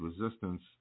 resistance